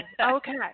Okay